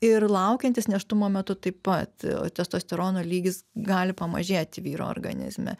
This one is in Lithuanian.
ir laukiantis nėštumo metu taip pat testosterono lygis gali pamažėti vyro organizme